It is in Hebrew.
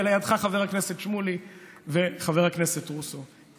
לידך חבר הכנסת שמולי וחבר הכנסת רוסו,